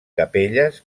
capelles